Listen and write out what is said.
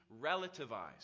relativized